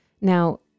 Now